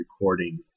recording